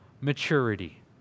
maturity